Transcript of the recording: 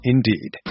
Indeed